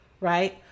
right